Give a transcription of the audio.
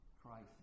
Christ